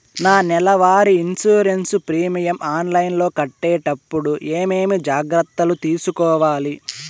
నా నెల వారి ఇన్సూరెన్సు ప్రీమియం ఆన్లైన్లో కట్టేటప్పుడు ఏమేమి జాగ్రత్త లు తీసుకోవాలి?